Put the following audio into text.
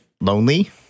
Lonely